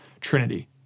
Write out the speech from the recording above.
Trinity